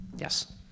Yes